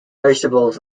vegetables